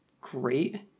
great